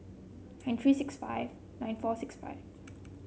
nine three six five nine four six five